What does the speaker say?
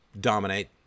dominate